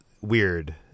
weird